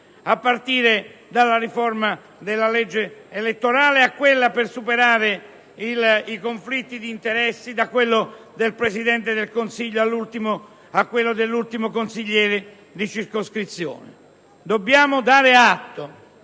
a partire dalla riforma della legge elettorale per arrivare a quella per superare i conflitti di interesse, da quello del Presidente del Consiglio a quello dell'ultimo consigliere di circoscrizione. Dobbiamo dare atto